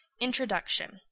Introduction